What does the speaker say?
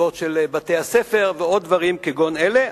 מסיבות של בתי-הספר ועוד דברים כגון אלה.